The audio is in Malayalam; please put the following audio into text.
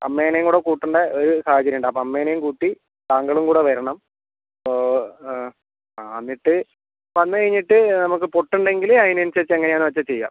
അമ്മയെയും കൂടെ കൂട്ടേണ്ട ഒരു സാഹചര്യം ഉണ്ട് അപ്പം അമ്മയെയും കൂട്ടി താങ്കളും കൂടെ വരണം ഓ ആ ആ എന്നിട്ട് വന്ന് കഴിഞ്ഞിട്ട് നമുക്ക് പൊട്ടൽ ഉണ്ടെങ്കിൽ അതിന് അനുസരിച്ച് എങ്ങനെയാന്ന് വെച്ചാൽ ചെയ്യാം